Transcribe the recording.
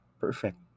perfect